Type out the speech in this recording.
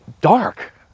dark